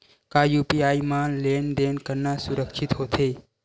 का यू.पी.आई म लेन देन करना सुरक्षित होथे?